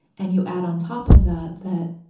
and you add on top of that that,